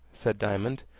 said diamond.